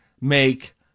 make